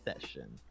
session